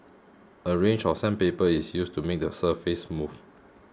a range of sandpaper is used to make the surface smooth